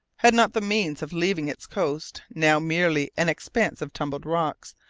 had not the means of leaving its coast, now merely an expanse of tumbled rocks,